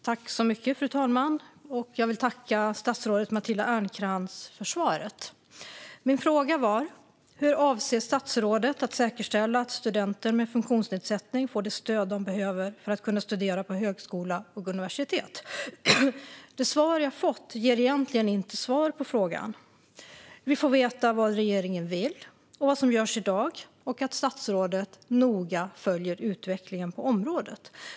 Fru talman! Jag vill tacka statsrådet Matilda Ernkrans för svaret. Min fråga var: Hur avser statsrådet att säkerställa att studenter med funktionsnedsättning får det stöd de behöver för att kunna studera på högskola och universitet? Det svar jag fått besvarar egentligen inte frågan. Vi får veta vad regeringen vill och vad som görs i dag och att statsrådet noga följer utvecklingen inom området.